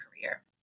career